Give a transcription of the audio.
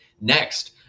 Next